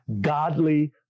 godly